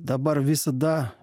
dabar visada